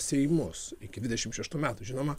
seimus iki dvidešim šeštų metų žinoma